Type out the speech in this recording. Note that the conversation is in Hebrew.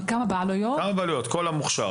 כל המוכש"ר